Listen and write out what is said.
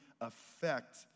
affect